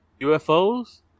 UFOs